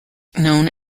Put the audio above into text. known